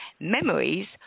Memories